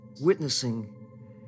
witnessing